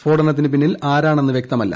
സ്ഫോടനത്തിനു പിന്നിൽ ആരാണെന്ന് വ്യക്തമല്ല